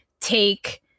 take